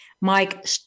Mike